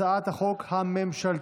הצעת החוק הממשלתית.